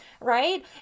right